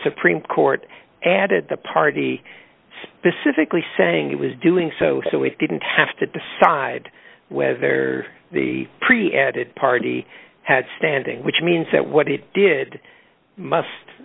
supreme court added the party specifically saying it was doing so so it didn't have to decide whether the pre added party had standing which means that what he did must